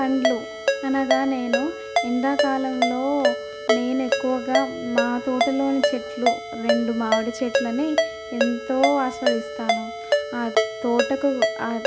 పండ్లు అనగా నేను ఎండాకాలంలో నేను ఎక్కువగా మా తోటలోని చెట్లు రెండు మామిడి చెట్లను ఎంతో ఆశ్వాదిస్తాను ఆ తోటకు